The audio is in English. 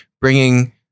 bringing